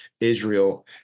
Israel